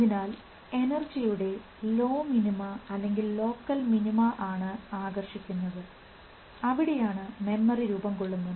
അതിനാൽ എനർജിയുടെ low minima അല്ലെങ്കിൽ ലോക്കൽ മിനിമ ആണ് ആകർഷിക്കുന്നത് അവിടെയാണു മെമ്മറി രൂപംകൊള്ളുന്നത്